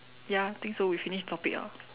ya think so we finish topic orh